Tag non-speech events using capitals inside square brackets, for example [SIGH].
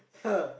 [LAUGHS]